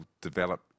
develop